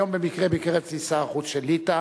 במקרה היום ביקר אצלי שר החוץ של ליטא,